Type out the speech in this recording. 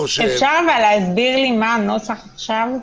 אפשר אבל להסביר לי מה הנוסח עכשיו?